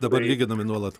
dabar lygynami nuolat